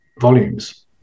volumes